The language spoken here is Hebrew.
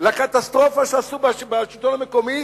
לקטסטרופה שעשו בשלטון המקומי,